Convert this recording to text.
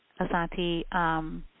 Asante